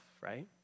right